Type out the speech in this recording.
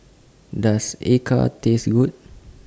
Does Acar Taste Good